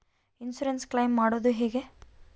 Insurance claim ಮಾಡದು ಹೆಂಗೆ?